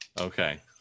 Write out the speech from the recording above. Okay